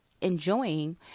enjoying